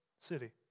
city